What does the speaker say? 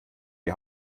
die